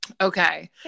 Okay